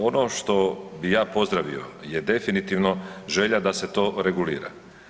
Ono što bi ja pozdravio je definitivno želja da se to regulira.